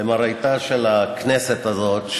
למראיתה של הכנסת הזאת,